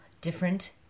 different